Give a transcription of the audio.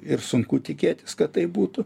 ir sunku tikėtis kad taip būtų